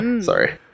Sorry